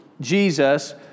Jesus